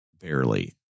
Barely